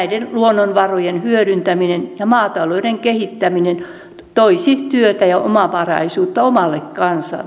näiden luonnonvarojen hyödyntäminen ja maatalouden kehittäminen toisi työtä ja omavaraisuutta omalle kansalle